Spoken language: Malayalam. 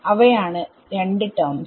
അവയാണ് 2 ടെർമ്സ്